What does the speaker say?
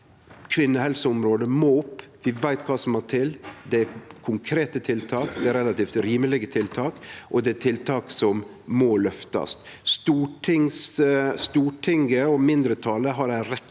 Kvinnehelseområdet må opp. Vi veit kva som må til. Det er konkrete tiltak som er relativt rimelege, og det er tiltak som må løftast. Stortinget og mindretalet har ei rekkje